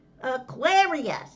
Aquarius